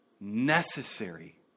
necessary